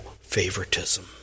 favoritism